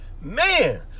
Man